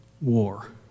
war